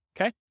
Okay